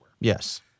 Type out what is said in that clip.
Yes